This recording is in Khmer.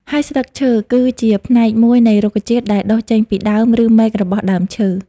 ហើយស្លឺកឈើ គីជាផ្នែកមួយនៃរុក្ខជាតិដែលដុះចេញពីដើមឬមែករបស់ដើមឈើ។